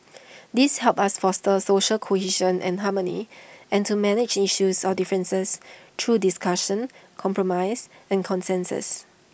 these help us foster social cohesion and harmony and to manage issues or differences through discussion compromise and consensus